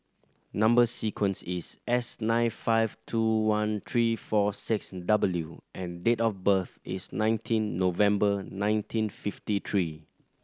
number sequence is S nine five two one three four six W and date of birth is nineteen November nineteen fifty three